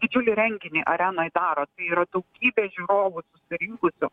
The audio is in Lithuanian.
didžiulį renginį arenoj daro tai yra daugybė žiūrovų susirinkusių